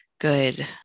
good